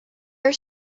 are